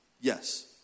Yes